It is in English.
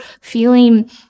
feeling